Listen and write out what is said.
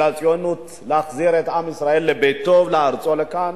הציונות להחזיר את עם ישראל לביתו ולארצו כאן,